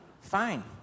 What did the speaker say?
fine